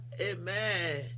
amen